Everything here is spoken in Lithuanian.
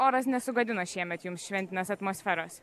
oras nesugadino šiemet jums šventinės atmosferos